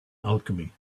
alchemy